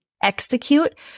Execute